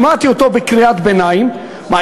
שמעתי אותו בקריאת ביניים: מה?